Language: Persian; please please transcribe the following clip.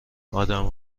آدم